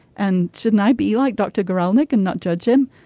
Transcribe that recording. and shouldn't i be like dr. guralnick and not judge him.